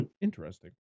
Interesting